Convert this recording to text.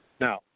Now